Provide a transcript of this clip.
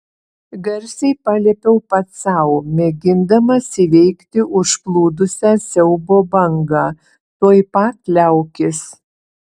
garsiai paliepiau pats sau mėgindamas įveikti užplūdusią siaubo bangą tuoj pat liaukis